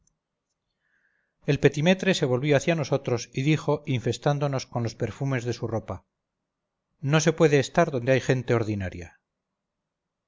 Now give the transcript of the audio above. el petimetre se volvió hacia nosotros y dijo infestándonos con los perfumes de su ropa no se puede estar donde hay gente ordinaria